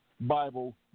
Bible